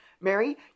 Mary